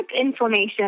inflammation